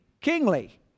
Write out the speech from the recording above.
kingly